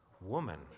Woman